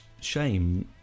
shame